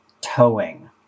towing